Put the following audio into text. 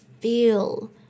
feel